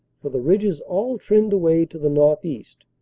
for the ridges all trend away to the northeast.